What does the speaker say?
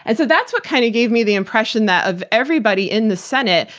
and so that's what kind of gave me the impression that of everybody in the senate,